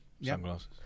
Sunglasses